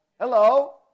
Hello